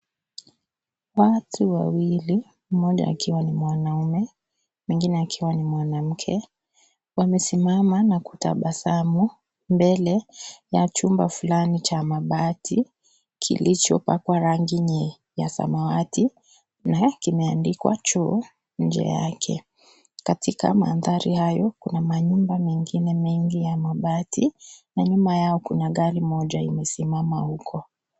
Watu wawili mmoja aikwa ni mwanaume mwingine akiwa ni mwanamke; wamesimama na kutabasamu mbele ya chumba fulani cha mabati kilichopakwa rangi ya samawati na kimeandikwa choo nje yake. Katika mandhari hayo kuna manyumba mengine ya mabati na nyuma yao kuna gari moja limesimama huko.